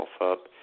up